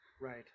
Right